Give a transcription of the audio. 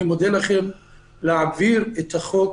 אני מודה לכם שתעבירו את החוק.